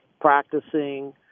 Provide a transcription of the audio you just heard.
practicing